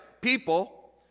people